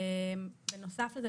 בנוסף לזה,